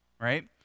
right